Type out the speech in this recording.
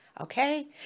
Okay